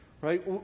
Right